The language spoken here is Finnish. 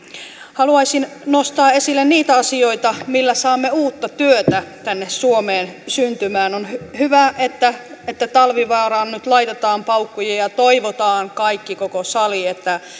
haluaisin nostaa esille niitä asioita millä saamme uutta työtä tänne suomeen syntymään on hyvä että talvivaaraan nyt laitetaan paukkuja ja toivotaan kaikki koko sali että